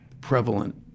prevalent